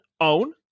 own